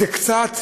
זה קצת?